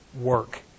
work